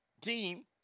team